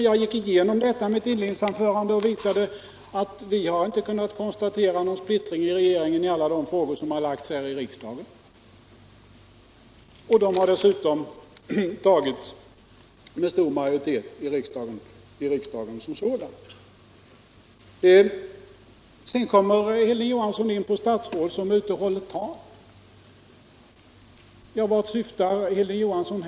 Jag gick ju igenom detta i mitt inledningsanförande och visade att vi inte kunnat konstatera någon splittring i regeringen i alla de frågor som lagts fram för riksdagen, och förslagen har dessutom antagits med stor majoritet av riksdagen som sådan. Sedan kommer Hilding Johansson in på statsråd som är ute och håller tal. Vart syftar Hilding Johansson?